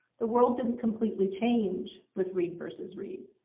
the world didn't completely change with reed versus reed.